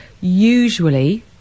Usually